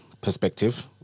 perspective